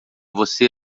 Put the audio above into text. você